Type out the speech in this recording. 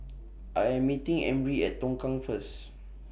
I Am meeting Emry At Tongkang First